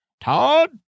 Todd